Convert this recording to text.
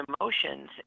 emotions